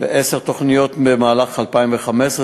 ועשר תוכניות במהלך 2015,